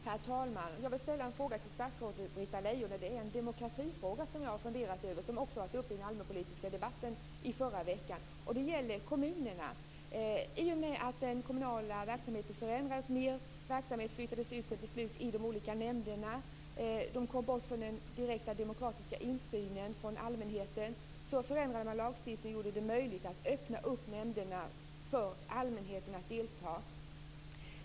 Herr talman! Jag vill ställa en fråga till statsrådet Britta Lejon, och det är en demokratifråga som jag har funderat över, som också var uppe i den allmänpolitiska debatten i förra veckan. Den gäller kommunerna. I och med att den kommunala verksamheten förändrades och mer verksamhet flyttades ut för beslut i de olika nämnderna och därmed kom bort från den direkta demokratiska insynen från allmänheten, förändrade man lagstiftningen och gjorde det möjligt att öppna nämnderna så att allmänheten kunde delta.